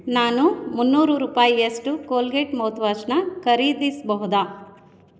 ನಾನು ಮುನ್ನೂರು ರೂಪಾಯಿಯಷ್ಟು ಕೋಲ್ಗೇಟ್ ಮೌತ್ವಾಷ್ನ ಖರೀದಿಸಬಹುದಾ